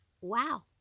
Wow